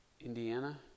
Indiana